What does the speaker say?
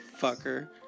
fucker